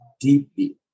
deeply